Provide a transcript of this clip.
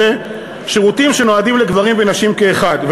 שירותים שנועדים לגברים ונשים כאחד.